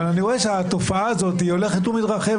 אבל אני רואה שהתופעה הזאת הולכת ומתרחבת.